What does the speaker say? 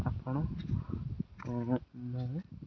ଆପଣ ମୁଁ